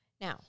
Now